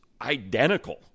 identical